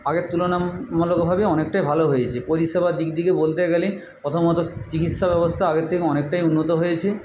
আগের তুলনা মূলকভাবে অনেকটাই ভালো হয়েছে পরিষেবার দিক থেকে বলতে গেলে প্রথমত চিকিৎসা ব্যবস্থা আগের থেকে অনেকটাই উন্নত হয়েছে